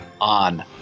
on